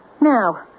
Now